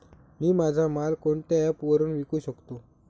मी माझा माल कोणत्या ॲप वरुन विकू शकतो?